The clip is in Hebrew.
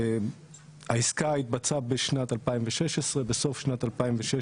העסקה התבצעה בשנת 2016. בסוף שנת 2016